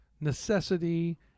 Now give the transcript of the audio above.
necessity